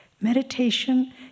meditation